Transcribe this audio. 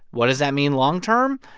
what does that mean long term?